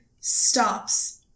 stops